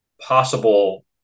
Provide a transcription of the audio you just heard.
possible